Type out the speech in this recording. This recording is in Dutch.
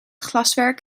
glaswerk